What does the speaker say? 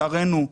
לצערנו,